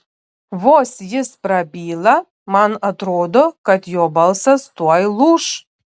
vos jis prabyla man atrodo kad jo balsas tuoj lūš